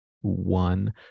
one